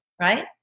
right